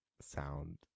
sound